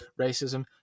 racism